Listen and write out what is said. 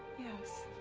yes,